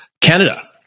Canada